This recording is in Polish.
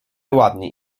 ładni